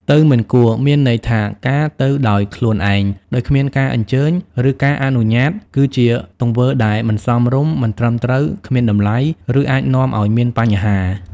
ទៅមិនគួរមានន័យថា ការទៅដោយខ្លួនឯង ដោយគ្មានការអញ្ជើញ ឬការអនុញ្ញាត គឺជាទង្វើដែលមិនសមរម្យ មិនត្រឹមត្រូវ គ្មានតម្លៃ ឬអាចនាំឲ្យមានបញ្ហា។